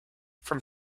from